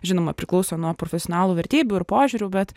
žinoma priklauso nuo profesionalų vertybių ir požiūrių bet